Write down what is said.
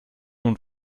nun